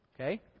Okay